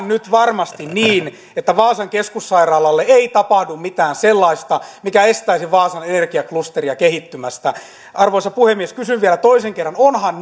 nyt varmasti niin että vaasan keskussairaalalle ei tapahdu mitään sellaista mikä estäisi vaasan energiaklusteria kehittymästä arvoisa puhemies kysyn vielä toisen kerran onhan